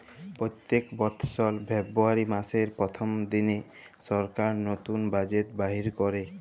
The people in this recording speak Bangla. প্যত্তেক বসর ফেব্রুয়ারি মাসের পথ্থম দিলে সরকার লতুল বাজেট বাইর ক্যরে